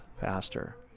pastor